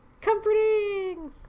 Comforting